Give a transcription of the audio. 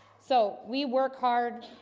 so we work hard.